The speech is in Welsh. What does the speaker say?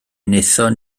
wnaethon